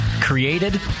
Created